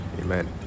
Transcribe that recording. amen